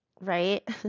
right